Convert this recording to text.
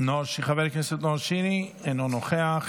חבר הכנסת נאור שירי, אינו נוכח,